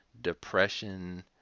depression